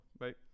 right